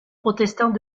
protestant